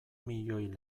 milioi